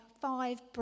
five